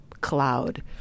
cloud